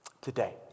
Today